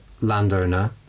landowner